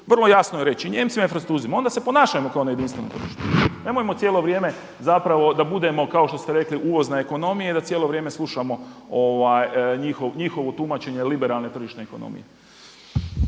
vrlo je jasno reći, Nijemcima i Francuzima, onda se ponašajmo kao na jedinstvenom tržištu. Nemojmo cijelo vrijeme zapravo da budemo kao što ste rekli uvozne ekonomije i da cijelo vrijeme slušamo njihovo tumačenje liberalne tržišne ekonomije.